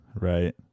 Right